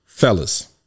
Fellas